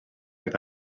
oedd